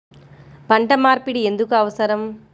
పంట మార్పిడి ఎందుకు అవసరం?